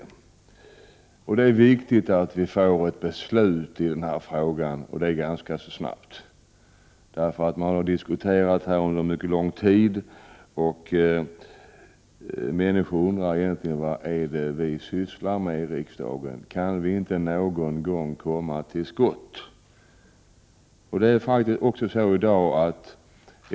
Det är alltså viktigt att vi ganska snart får ett beslut i frågan. Den här saken har ju diskuterats under mycket lång tid. Människor undrar vad vi i riksdagen egentligen sysslar med. Man undrar säkert om vi inte kan komma till skott någon gång.